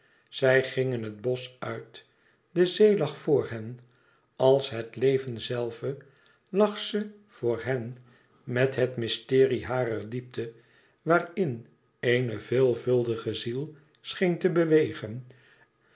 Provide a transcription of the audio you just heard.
zij gingen het bosch uit de zee lag voor hen als het leven zelve lag ze voor hen met het mysterie harer diepte waarin eene veelvuldige ziel scheen te bewegen